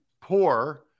poor